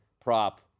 prop